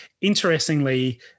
Interestingly